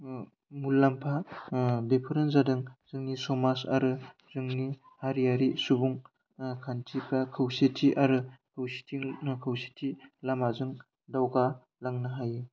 मुलाम्फा बेफोरनो जादों जोंनि समाज आरो जोंनि हारियारि सुबुं खान्थिफ्रा खौसेथि आरो खौसेथि लामाजों दावगालांनो हायो